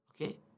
Okay